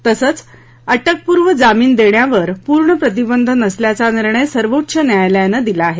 तसंच अटकपूर्व जामीन देण्यावर पूर्ण प्रतिबंध नसल्याचा निर्णय सर्वोच्च न्यायालयानं दिला आहे